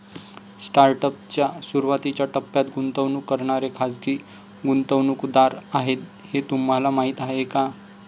Startup च्या सुरुवातीच्या टप्प्यात गुंतवणूक करणारे खाजगी गुंतवणूकदार आहेत हे तुम्हाला माहीत आहे का?